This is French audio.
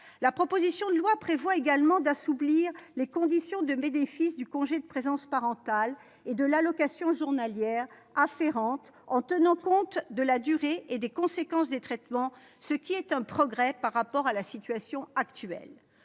La proposition de loi prévoit également d'assouplir les conditions de bénéfice du congé de présence parentale et de l'allocation journalière afférente, en tenant compte de la durée et des conséquences des traitements, ce qui est un progrès par rapport à la situation actuelle.